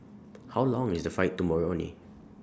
How Long IS The Flight to Moroni